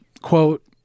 quote